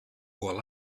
all